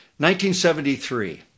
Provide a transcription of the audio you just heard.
1973